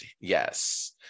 Yes